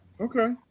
Okay